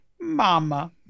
mama